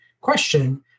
question